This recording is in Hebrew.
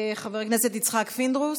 חבר הכנסת יצחק פינדרוס,